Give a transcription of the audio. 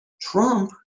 Trump